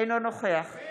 אינו נוכח מה זו ההצבעה